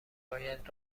باید